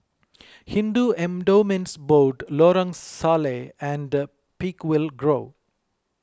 Hindu Endowments Board Lorong Salleh and Peakville Grove